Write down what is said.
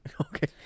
Okay